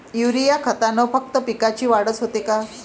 Urea खतानं फक्त पिकाची वाढच होते का?